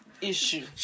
Issue